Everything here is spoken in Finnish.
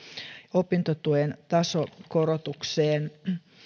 opintotuen tasokorotukseen